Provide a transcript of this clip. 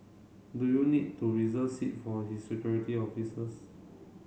do you need to reserve seat for his security officers